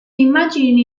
immagini